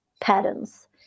patterns